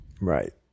Right